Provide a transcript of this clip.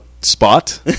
spot